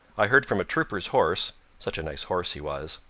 i heard from a trooper's horse such a nice horse he was!